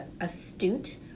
astute